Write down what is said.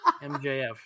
MJF